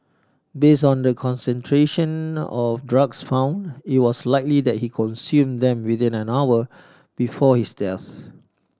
based on the concentration of drugs found it was likely that he consumed them within an hour before his death